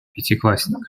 пятиклассник